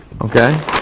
Okay